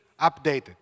updated